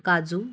काजू